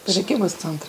prekybos centrai